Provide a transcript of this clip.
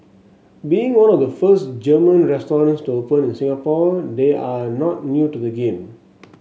being one of the first German restaurant to open in Singapore they are not new to the game